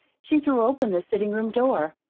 she threw open the sitting-room door.